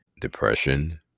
depression